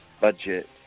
budget